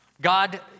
God